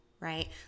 right